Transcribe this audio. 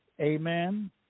Amen